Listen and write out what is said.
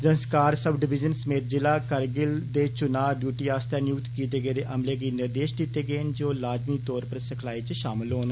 Zanskar sub division समेत जिला करगिल दे चुना डयूटी आस्तै नियुक्त कीते गेदे अमले गी निर्देश दिते गेदे न जे ओह् लाजमी तौर पर सिखलाई च शामल होग